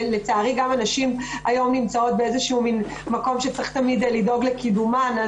לצערי גם הנשים נמצאות היום באיזשהו מן מקום שצריך תמיד לדאוג לקידומן.